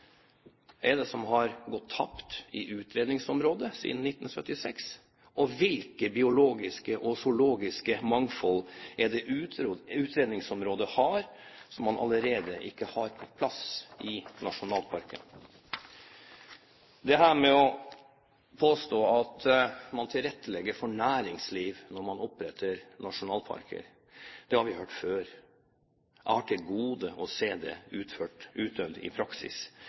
er det som har gått tapt i utredningsområdet siden 1976? Og hvilket biologisk og zoologisk mangfold er det utredningsområdet har, som man ikke allerede har på plass i nasjonalparken? Å påstå at man tilrettelegger for næringsliv når man oppretter nasjonalparker, har vi hørt før. Jeg har til gode å se det utøvd i praksis.